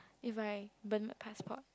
if I burnt my passport